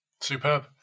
Superb